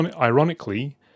ironically